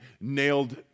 nailed